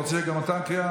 אתה רוצה גם אתה קריאה?